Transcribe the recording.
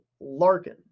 Larkin